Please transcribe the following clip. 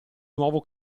nuovo